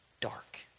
dark